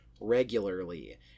regularly